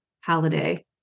holiday